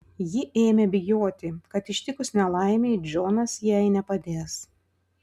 ji ėmė bijoti kad ištikus nelaimei džonas jai nepadės